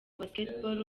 basketball